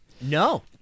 No